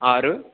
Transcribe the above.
ఆరు